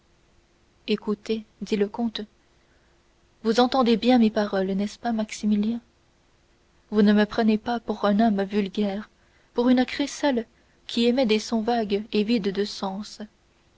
écoutez dit le comte vous entendez bien mes paroles n'est-ce pas maximilien vous ne me prenez pas pour un homme vulgaire pour une crécelle qui émet des sons vagues et vides de sens